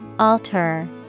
Alter